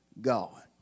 God